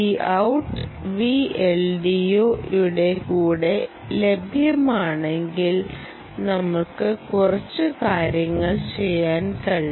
Vout VLDO യുടെ കൂടെ ലഭ്യമാണെങ്കിൽ നമുക്ക് കുറച്ച് കാര്യങ്ങൾ ചെയ്യാൻ കഴിയും